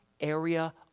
area